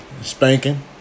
spanking